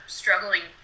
struggling